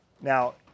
Now